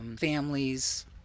families